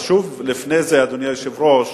לפני זה, אדוני היושב-ראש,